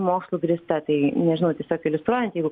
mokslu grįsta tai nežinau tiesiog iliustruojat jeigu